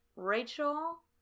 Rachel